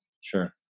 Sure